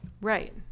Right